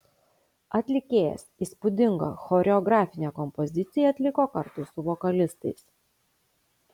atlikėjas įspūdingą choreografinę kompoziciją atliko kartu su vokalistais